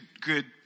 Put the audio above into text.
good